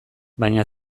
baina